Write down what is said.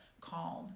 calm